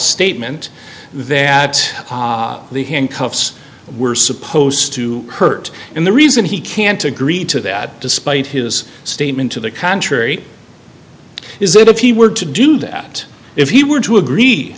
statement that the handcuffs were supposed to hurt and the reason he can't agree to that despite his statement to the contrary is that a p word to do that if he were to agree